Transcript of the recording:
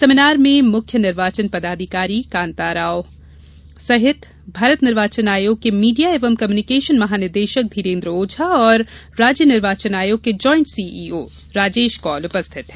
seminar में मुख्य निर्वाचन पदाधिकारी कान्ता राव सहित भारत निर्वाचन आयोग के मीडिया एवं कम्यूनिकेशन महानिदेशक धीरेन्द्र ओझा और राज्य निर्वाचन आयोग के ज्वाइंट सीईओ राजेश कौल उपस्थित हैं